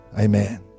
Amen